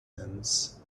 hands